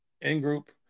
in-group